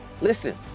listen